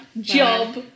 job